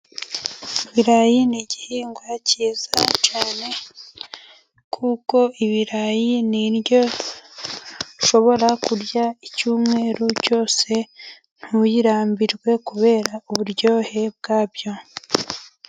Ibirayi ni igihingwa cyiza cyane, kuko ibirayi ni indyo ushobora kurya icyumweru cyose, ntuyirambirwe kubera uburyohe bwabyo.